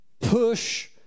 Push